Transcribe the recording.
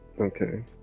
Okay